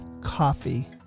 coffee